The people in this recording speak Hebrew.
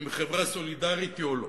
ואם חברה סולידרית היא, או לא: